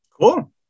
Cool